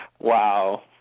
Wow